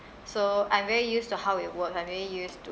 so I'm very used to how it works I'm really used to